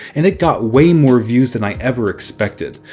and it got way more views than i ever expected.